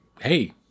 hey